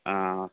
आं